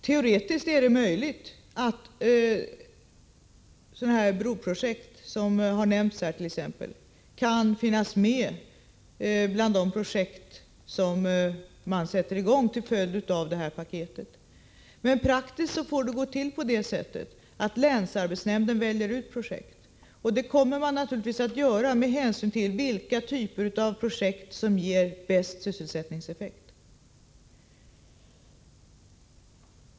Teoretiskt är det möjligt att exempelvis sådana broprojekt som har nämnts här kan finnas med bland de projekt som man sätter i gång till följd av det här paketet. Praktiskt får det gå till på det sättet att länsarbetsnämnden väljer ut projekt. Man kommer naturligtvis att göra det med hänsyn till vilka typer av projekt som ger bäst sysselsättningseffekt.